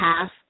half